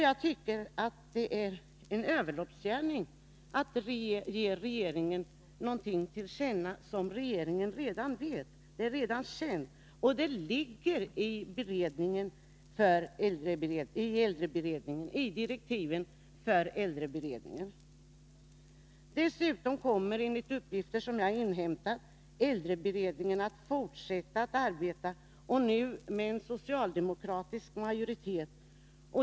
Jag tycker det är en överloppsgärning att ge regeringen till känna någonting som regeringen redan vet. Det är redan känt och ligger i direktiven för äldreberedningen. Dessutom kommer enligt uppgifter som jag har inhämtat äldreberedningen att fortsätta att arbeta, nu med en socialdemokratisk majoritet.